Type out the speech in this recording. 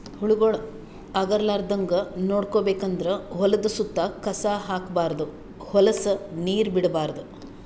ಹುಳಗೊಳ್ ಆಗಲಾರದಂಗ್ ನೋಡ್ಕೋಬೇಕ್ ಅಂದ್ರ ಹೊಲದ್ದ್ ಸುತ್ತ ಕಸ ಹಾಕ್ಬಾರ್ದ್ ಹೊಲಸ್ ನೀರ್ ಬಿಡ್ಬಾರ್ದ್